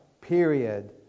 period